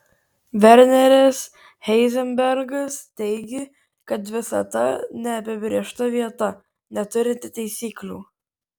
verneris heizenbergas teigė kad visata neapibrėžta vieta neturinti taisyklių